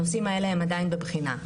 הנושאים האלה הם עדיין בבחינה.